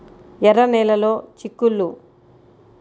ఎర్ర నెలలో చిక్కుల్లో పండించవచ్చా?